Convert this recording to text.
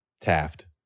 Taft